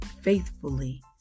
faithfully